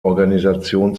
organisation